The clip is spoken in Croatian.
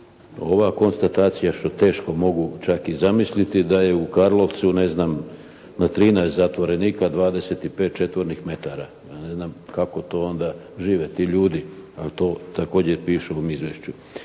ova konstatacija što teško mogu čak i zamisliti da je u Karlovcu ne znam, na 13 zatvorenika 25 četvornih metara. Ja ne znam kako onda to žive ti ljudi, ali to također piše u ovom izvješću.